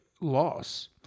loss